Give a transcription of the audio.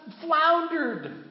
floundered